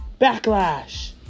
Backlash